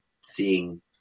seeing